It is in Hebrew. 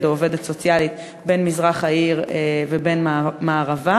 או עובדת סוציאלית בין מזרח העיר ובין מערבה?